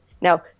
Now